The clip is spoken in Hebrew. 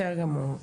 בסדר גמור.